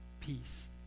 peace